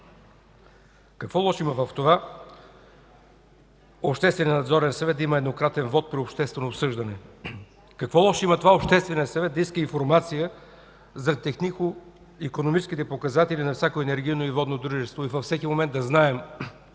какво лошо има в това общественият надзорен съвет да има еднократен вот при общественото обсъждане? Какво лошо има общественият съвет да иска информация за технико-икономическите показатели на всяко енергийно и водно дружество и във всеки момент да знаем